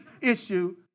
issue